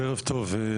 ערב טוב,